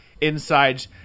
inside